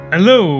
Hello